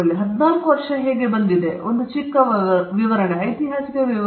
ಮತ್ತು 14 ವರ್ಷಗಳು ಹೇಗೆ ಬಂದಿದೆಯೆಂದು ಒಂದು ಚಿಕ್ಕ ವಿವರಣೆ ಐತಿಹಾಸಿಕ ವಿವರಣೆ